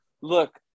Look